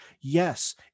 yes